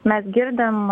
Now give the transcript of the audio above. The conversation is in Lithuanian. mes girdim